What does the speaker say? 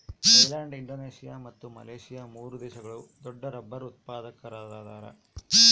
Thailand Indonesia ಮತ್ತು Malaysia ಮೂರು ದೇಶಗಳು ದೊಡ್ಡರಬ್ಬರ್ ಉತ್ಪಾದಕರದಾರ